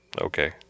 Okay